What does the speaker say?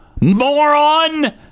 moron